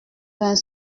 vingt